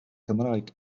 cymraeg